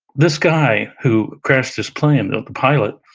this guy who crashed his plane, the pilot,